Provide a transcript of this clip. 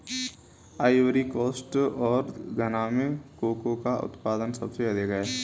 Ivory coast और घना में कोको का उत्पादन सबसे अधिक है